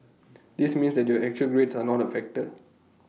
this means that your actual grades are not A factor